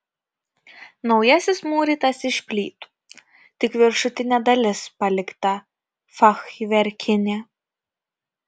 naujasis mūrytas iš plytų tik viršutinė dalis palikta fachverkinė